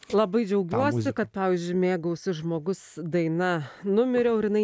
labai džiaugiuosi kad pavyzdžiui mėgausis žmogus daina numiriau ir jinai